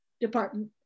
Department